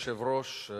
אדוני היושב-ראש,